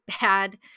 bad